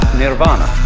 nirvana